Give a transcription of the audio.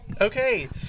okay